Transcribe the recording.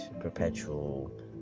perpetual